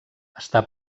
està